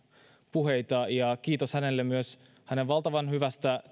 puheita kiitos hänelle myös hänen valtavan hyvästä